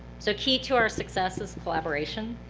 so key to our success is collaboration,